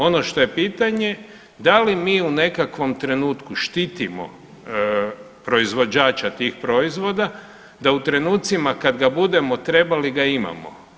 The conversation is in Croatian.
Ono što je pitanje, da li mi u nekakvom trenutku štitimo proizvođača tih proizvoda da u trenucima kad ga budemo trebali ga imamo.